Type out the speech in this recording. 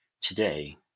today